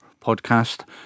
podcast